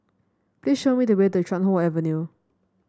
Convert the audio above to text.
please show me the way to Chuan Hoe Avenue